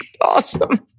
awesome